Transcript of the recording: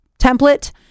template